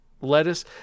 lettuce